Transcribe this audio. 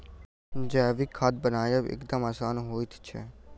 जैविक खाद बनायब एकदम आसान होइत छै